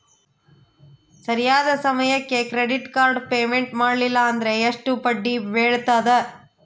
ಸರಿಯಾದ ಸಮಯಕ್ಕೆ credit card payment ಮಾಡಲಿಲ್ಲ ಅಂದ್ರೆ ಎಷ್ಟು ಬಡ್ಡಿ ಬೇಳ್ತದ?